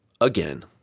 again